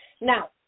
Now